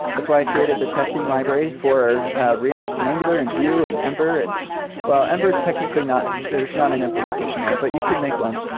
that's why created the testing library for react and angular and vue and ember. and well, ember is technically not there is not an implementation there, but you can make one.